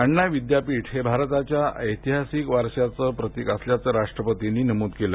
अण्णा विद्यापीठ हे भारताच्या ऐतिहासिक वारशाचं प्रतीक असल्याचं राष्ट्रपतींनी नमूद केलं